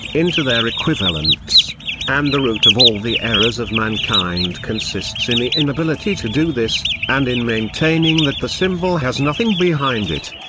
into their equivalents and the root of all the errors of mankind consists in the inability to do this, and in maintaining that the symbol has nothing behind it.